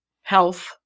health